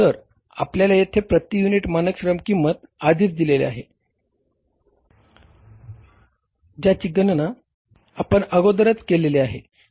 तर आपल्याला येथे प्रती युनिट मानक श्रम किंमत आधिच दिलेले आहे ज्याची गणना आपण अगोदरच केलेले आहे